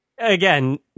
Again